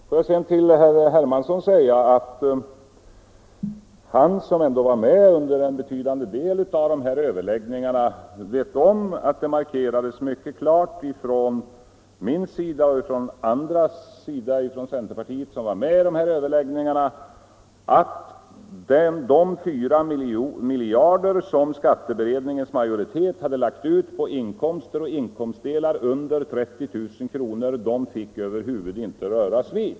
Låt mig sedan säga till herr Hermansson att han, som ändå var med under en betydande del av de här överläggningarna, vet om att jag och andra centerpartister som var med om överläggningarna markerade mycket klart att de 4 miljarder som skatteutredningens majoritet hade lagt ut på inkomster och inkomstdelar under 30 000 kr. över huvud taget inte fick röras.